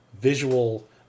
visual